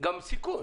גם סיכון